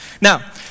now